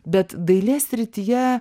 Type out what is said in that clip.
bet dailės srityje